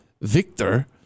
Victor